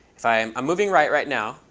i'm um moving right right now.